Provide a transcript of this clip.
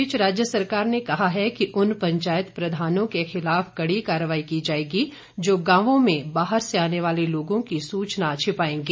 इस बीच राज्य सरकार ने कहा है कि उन पंचायत प्रधानों के खिलाफ कड़ी कार्रवाई की जाएगी जो गांवों में बाहर से आने वाले लोगों की सूचना छिपाएंगे